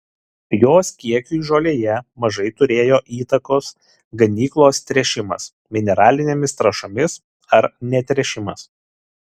jos kiekiui žolėje mažai turėjo įtakos ganyklos tręšimas mineralinėmis trąšomis ar netręšimas